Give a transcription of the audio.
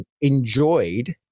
enjoyed